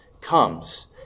comes